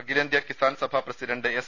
അഖിലേന്തൃ Kisan Sabha president S